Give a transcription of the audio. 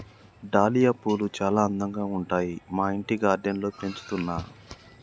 dahlia పూలు చాల అందంగా ఉంటాయి మా ఇంటి గార్డెన్ లో పెంచుతున్నా